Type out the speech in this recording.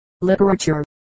literature